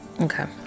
Okay